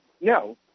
no